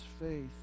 faith